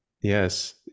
Yes